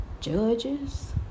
judges